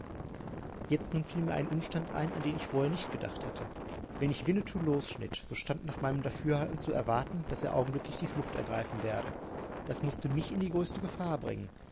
jetzt nun fiel mir ein umstand ein an den ich vorher nicht gedacht hatte wenn ich winnetou losschnitt so stand nach meinem dafürhalten zu erwarten daß er augenblicklich die flucht ergreifen werde das mußte mich in die größte gefahr bringen